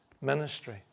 ministry